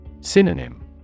Synonym